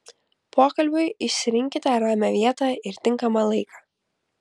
pokalbiui išsirinkite ramią vietą ir tinkamą laiką